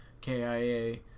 KIA –